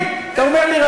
אתם תחליטו אחר כך,